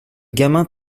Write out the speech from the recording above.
gamin